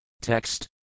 Text